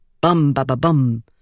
bum-ba-ba-bum